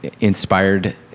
inspired